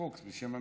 בפוקס, בשל המיקום.